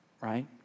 right